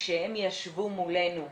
כשהם ישבו מולנו,